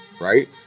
right